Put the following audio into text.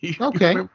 Okay